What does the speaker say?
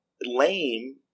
lame